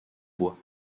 bois